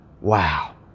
Wow